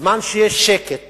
בזמן שיש שקט